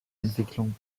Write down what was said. entwicklung